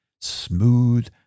smooth